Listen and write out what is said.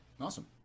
Awesome